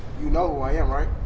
you know who i am right?